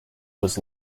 was